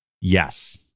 Yes